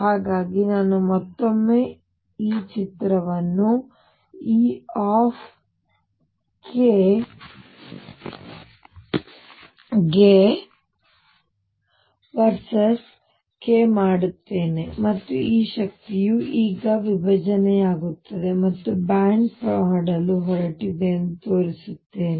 ಹಾಗಾಗಿ ನಾನು ಮತ್ತೊಮ್ಮೆ ಈ ಚಿತ್ರವನ್ನು E ವರ್ಸಸ್ K ಮಾಡುತ್ತೇನೆ ಮತ್ತು ಈ ಶಕ್ತಿಯು ಈಗ ವಿಭಜನೆಯಾಗುತ್ತದೆ ಮತ್ತು ಬ್ಯಾಂಡ್ ಮಾಡಲು ಹೊರಟಿದೆ ಎಂದು ತೋರಿಸುತ್ತೇನೆ